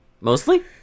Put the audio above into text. mostly